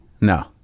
No